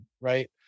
right